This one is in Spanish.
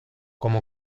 como